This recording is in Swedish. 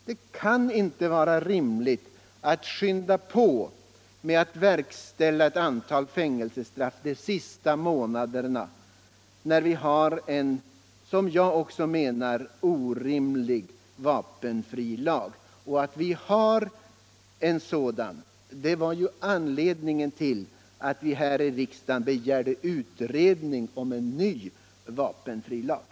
Det kan Tisdagen den inte vara rimligt att skynda på med att verkställa ett antal fängelsestraff 23 november 1976 de sista månaderna, när vi har en, som också jag menar, orimlig va penfrilag. Och att vi har en sådan var ju anledningen till att vi i riksdagen — Om amnesti för begärde utredning om en ny vapenfrilag.